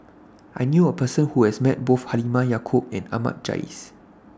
I knew A Person Who has Met Both Halimah Yacob and Ahmad Jais